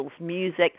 music